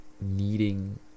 needing